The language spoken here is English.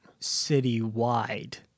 Citywide